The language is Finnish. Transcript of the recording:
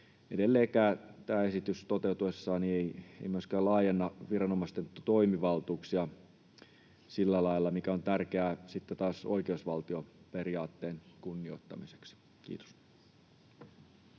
Edelleenkään tämä esitys toteutuessaan ei myöskään sillä lailla laajenna viranomaisten toimivaltuuksia, mikä on tärkeää sitten taas oikeusvaltioperiaatteen kunnioittamiseksi. — Kiitos.